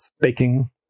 baking